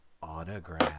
autograph